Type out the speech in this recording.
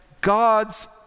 God's